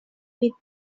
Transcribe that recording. with